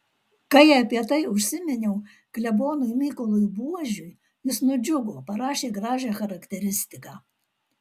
kai apie tai užsiminiau klebonui mykolui buožiui jis nudžiugo parašė gražią charakteristiką